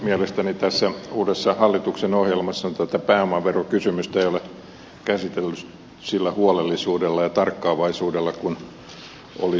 mielestäni tässä uudessa hallituksen ohjelmassa tätä pääomaverokysymystä ei ole käsitelty sillä huolellisuudella ja tarkkaavaisuudella kuin olisi syytä